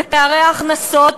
בפערי ההכנסות,